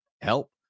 help